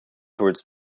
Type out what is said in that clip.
toward